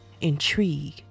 Intrigue